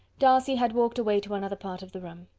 darcy had walked away to another part of the room.